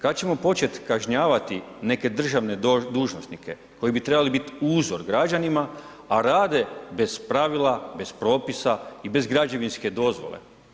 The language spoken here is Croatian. Kada ćemo početi kažnjavati neke državne dužnosnike koji bi trebali biti uzor građanima a rade bez pravila, bez propisa i bez građevinske dozvole?